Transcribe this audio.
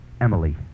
Emily